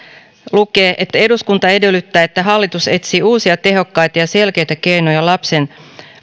lukee eduskunta edellyttää että hallitus etsii uusia tehokkaita ja selkeitä keinoja